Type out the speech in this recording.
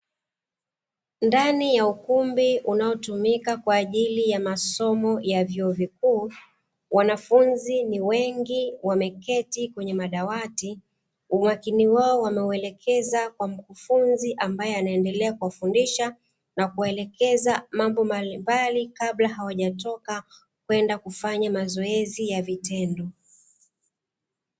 Ndani ya ukumbi unaotumika kwa ajili ya masomo ya vyuo vikuu wanafunzi ni wengi wameketi kwenye madawati, umakini wao wameuelekeza kwa mkufunzi ambaye anaendelea kuwafundisha na kuwaelekeza mambo mbalimbali kabla hawajatoka kwenda kufanya mazoezi ya vitendo.